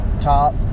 top